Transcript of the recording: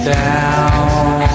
down